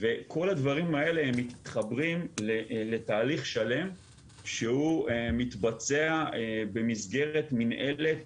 וכל הדברים הללו מתחברים לתהליך שלם שהוא מתבצע במסגרת מינהלת